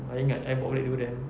I ingat I bawa balik durian